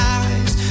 eyes